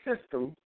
system